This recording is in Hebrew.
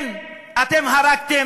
כן, אתם הרגתם,